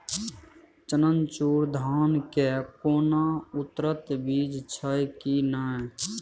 चननचूर धान के कोनो उन्नत बीज छै कि नय?